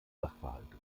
sachverhalte